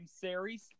series